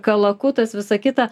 kalakutas visa kita